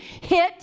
hit